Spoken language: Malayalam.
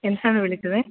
ഹെൻസാണ് വിളിച്ചത്